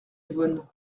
yvonne